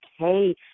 okay